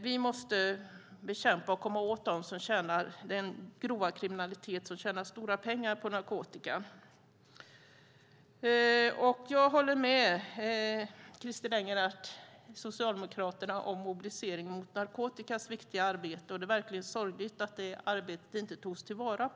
Vi måste bekämpa och komma åt den grova kriminalitet som tjänar stora pengar på narkotikan. Jag håller med Christer Engelhardt och Socialdemokraterna om att Mobilisering mot narkotika gör ett viktigt arbete. Det är verkligen sorgligt att det arbetet inte togs till vara.